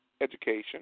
education